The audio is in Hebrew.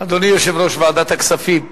אדוני יושב-ראש ועדת הכספים,